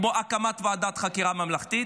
כמו הקמת ועדת חקירה ממלכתית.